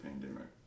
pandemic